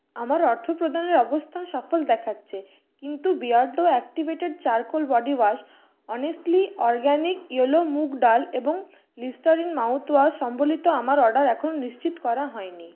আমার অর্থপ্রদানের অবস্থান সফল দেখাচ্ছে কিন্তু Beardo activated charcoal body wash honestly organic yellow moong dal এবং লিস্টারিন মাউথওয়াশ সম্বলিত আমার অর্ডার এখনও নিশ্চিত করা হয়নি